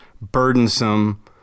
burdensome